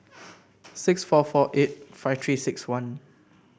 six four four eight five Three six one